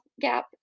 gap